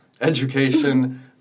education